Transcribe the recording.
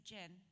Jen